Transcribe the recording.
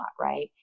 right